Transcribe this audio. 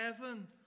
heaven